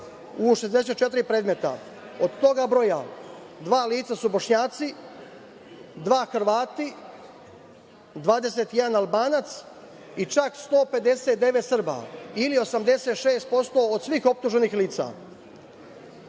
u 64 predmeta, od toga broja dva lica su Bošnjaci, dva Hrvati, 21 Albanac i čak 159 Srba, ili 86% od svih optuženih lica. Sa